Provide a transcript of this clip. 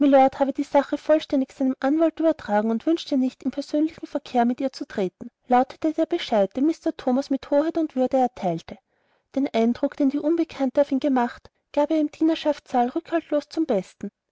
habe die sache vollständig seinem anwalt übertragen und wünsche nicht in persönlichen verkehr mit ihr zu treten lautete der bescheid den mr thomas mit hoheit und würde erteilte den eindruck den die unbekannte auf ihn gemacht gab er im dienerschaftssaal rückhaltlos zum besten